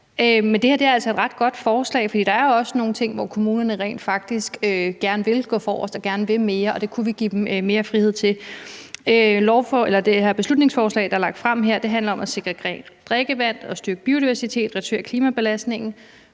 det her er altså et ret godt forslag, for der er også nogle ting, som kommunerne rent faktisk gerne vil gå forrest med og gerne vil mere med, og det kunne vi give dem mere frihed til. Det her beslutningsforslag handler om at sikre rent drikkevand, styrke biodiversitet og reducere klimabelastningen.